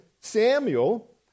samuel